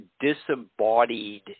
disembodied